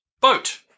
boat